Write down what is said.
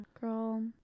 girl